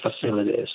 facilities